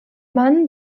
mann